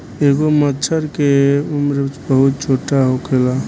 एगो मछर के उम्र बहुत छोट होखेला